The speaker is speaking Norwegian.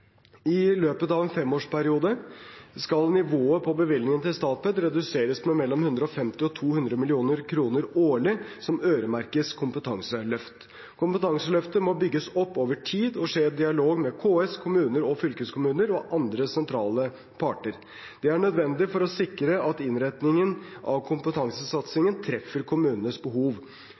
I løpet av en femårsperiode skal nivået på bevilgningene til Statped reduseres med 150–200 mill. kr årlig, som øremerkes kompetanseløft. Kompetanseløftet må bygges opp over tid og skje i dialog med KS, kommuner, fylkeskommuner og andre sentrale parter. Det er nødvendig for å sikre at innretningen av kompetansesatsingen treffer kommunenes behov.